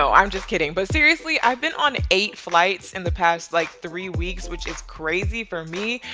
so i'm just kidding. but seriously, i've been on eight flights in the past like three weeks, which is crazy for me.